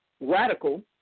radical